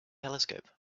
telescope